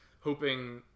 hoping